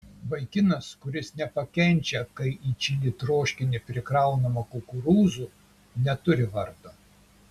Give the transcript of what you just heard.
vaikinas kuris nepakenčia kai į čili troškinį prikraunama kukurūzų neturi vardo